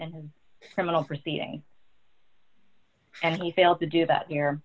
and criminal proceeding and he failed to do that here